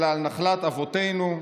אלא על נחלת אבותינו,